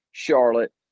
Charlotte